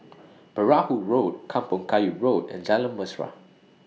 Perahu Road Kampong Kayu Road and Jalan Mesra